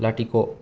लाथिख'